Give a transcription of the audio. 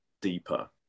deeper